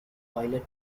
toilet